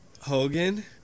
Hogan